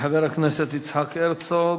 לחבר הכנסת יצחק הרצוג.